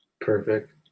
perfect